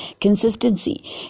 consistency